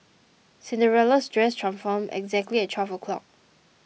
Cinderella's dress transformed exactly at twelve o'clock